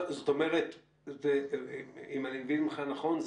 אם אני מבין ממך נכון,